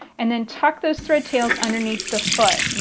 and then tuck those thread tails underneath the foot.